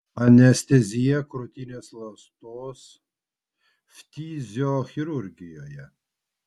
anestezija krūtinės ląstos ftiziochirurgijoje